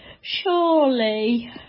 surely